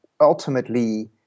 Ultimately